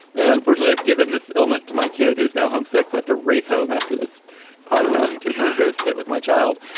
and unfortunately, given this illness to my kid who's now home, six left a race home after this podcast to go sit with my child,